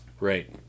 Right